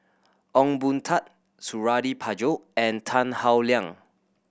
Ong Boon Tat Suradi Parjo and Tan Howe Liang